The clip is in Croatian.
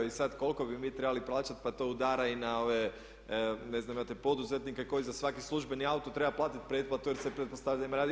I sad koliko bi mi trebali plaćati pa to udara i na ove ne znam, imate poduzetnike koji za svaki službeni auto treba platiti pretplatu jer se pretpostavlja radio.